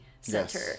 center